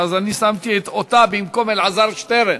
ואז אני שמתי אותה במקום אלעזר שטרן.